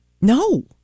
No